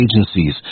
agencies